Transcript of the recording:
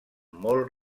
molt